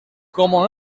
como